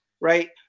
right